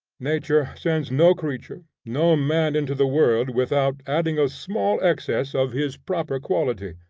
nature sends no creature, no man into the world without adding a small excess of his proper quality.